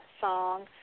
song